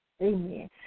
Amen